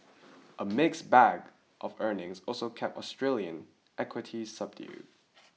a mixed bag of earnings also kept Australian equities subdued